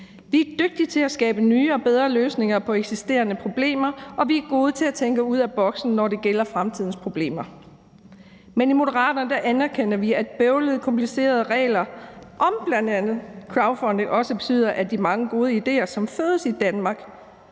Vi er dygtige til at skabe nye og bedre løsninger på eksisterende problemer, og vi er gode til at tænke ud af boksen, når det gælder fremtidens problemer. Men i Moderaterne anerkender vi, at bøvlede og komplicerede regler om bl.a. crowdfunding også betyder, at de mange gode idéer, som fødes i Danmark,